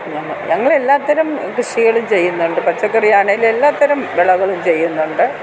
ഞങ്ങളെല്ലാത്തരം കൃഷികളും ചെയ്യുന്നുണ്ട് പച്ചക്കറി ആണേലും എല്ലാത്തരം വിളകളും ചെയ്യുന്നുണ്ട്